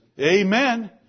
Amen